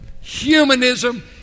humanism